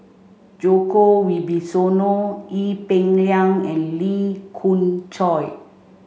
Djoko Wibisono Ee Peng Liang and Lee Khoon Choy